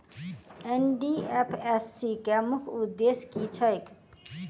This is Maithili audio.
एन.डी.एफ.एस.सी केँ मुख्य उद्देश्य की छैक?